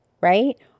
right